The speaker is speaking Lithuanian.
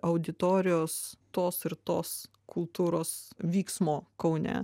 auditorijos tos ir tos kultūros vyksmo kaune